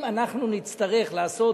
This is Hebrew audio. אם אנחנו נצטרך לעשות